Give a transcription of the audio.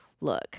look